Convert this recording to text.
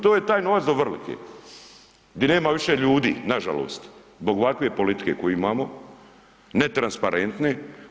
To je taj novac do Vrlike di nema više ljudi, nažalost zbog ovakve politike koju imamo netransparentne.